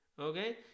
okay